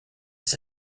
his